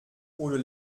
oder